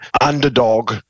underdog